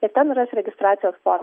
ir ten ras registracijos formą